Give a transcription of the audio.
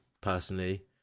personally